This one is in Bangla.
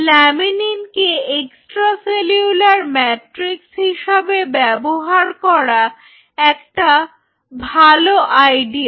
ল্যামিনিনকে এক্সট্রা সেলুলার ম্যাট্রিক্স হিসেবে ব্যবহার করা একটা ভালো আইডিয়া